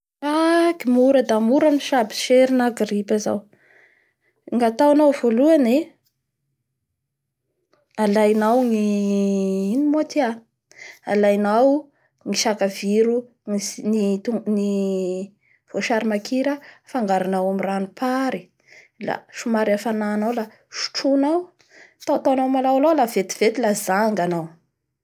Haky mora da mora ny mitsabo sery na gripa zao. Gnataonao voalohany e, alainao ny ino moa ty a? Alainao ny sakaviro, ny ts- ny voasary makira afangaronao amin'ny ranopary somary hafanainao fa sotroinao, ataotaonao malaomalao somary sotroinao a vetivety la janga anao.